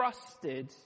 trusted